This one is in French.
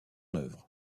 œuvre